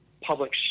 public